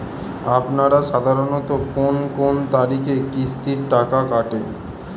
আপনারা সাধারণত কোন কোন তারিখে কিস্তির টাকা কাটে?